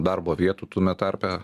darbo vietų tame tarpe